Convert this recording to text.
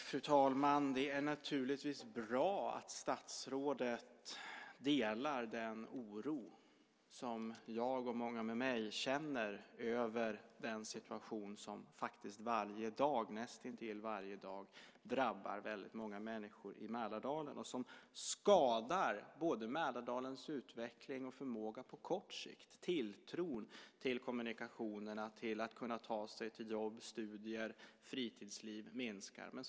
Fru talman! Det är naturligtvis bra att statsrådet delar den oro som jag och många med mig känner över den situation som näst intill varje dag drabbar väldigt många människor i Mälardalen, och som skadar Mälardalens utveckling och förmåga på kort sikt och minskar tilltron till kommunikationerna. Möjligheterna att ta sig till jobb, studier och fritidsaktiviteter minskar.